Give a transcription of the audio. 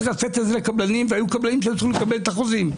צריך לתת את זה לקבלנים והיו קבלנים שהתחילו לקבל את החוזים.